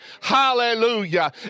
Hallelujah